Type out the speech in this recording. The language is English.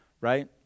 right